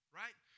right